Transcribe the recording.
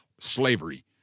slavery